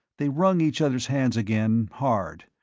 they wrung each other's hands again, hard.